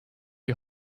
you